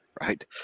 Right